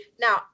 now